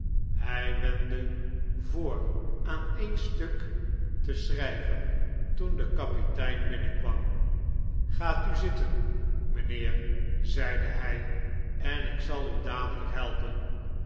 hij wendde voor aan een stuk te schrijven toen de kapitein binnenkwam gaat u zitten mijnheer zeide hij en ik zal u dadelijk helpen